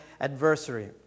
adversary